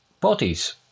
bodies